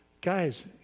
Guys